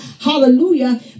hallelujah